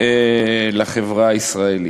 לחברה הישראלית.